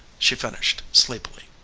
she finished sleepily.